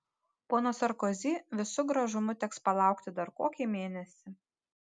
pono sarkozi visu gražumu teks palaukti dar kokį mėnesį